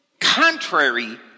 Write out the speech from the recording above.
Contrary